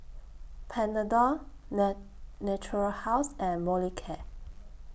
Panadol net Natura House and Molicare